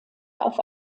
auf